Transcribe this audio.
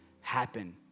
happen